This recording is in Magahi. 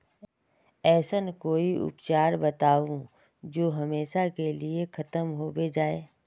ऐसन कोई उपचार बताऊं जो हमेशा के लिए खत्म होबे जाए?